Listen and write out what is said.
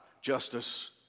justice